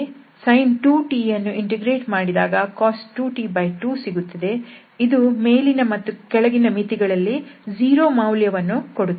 sin 2t ಯನ್ನು integrate ಮಾಡಿದಾಗ cos 2t2ಸಿಗುತ್ತದೆ ಇದು ಮೇಲಿನ ಮತ್ತು ಕೆಳಗಿನ ಮಿತಿಗಳಲ್ಲಿ 0 ಮೌಲ್ಯವನ್ನು ಕೊಡುತ್ತದೆ